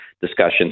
discussions